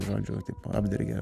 žodžiu taip apdergė